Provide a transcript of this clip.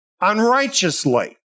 unrighteously